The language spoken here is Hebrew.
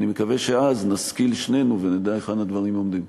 אני מקווה שאז נשכיל שנינו ונדע היכן הדברים עומדים.